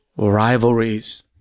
rivalries